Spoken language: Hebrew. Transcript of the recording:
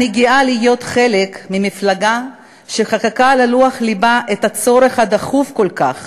אני גאה להיות חלק ממפלגה שחקקה על לוח לבה את הצורך הדחוף כל כך